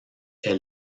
est